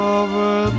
over